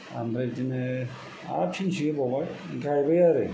ओमफ्राय बिदिनो आरो फिनसे एवबावबाय गायबाय आरो